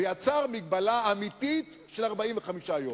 והדבר יצר מגבלה אמיתית של 45 יום.